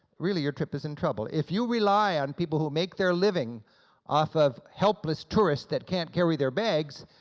really your trip is in trouble. if you rely on people who make their living off of helpless tourists that can't carry their bags,